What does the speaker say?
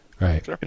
Right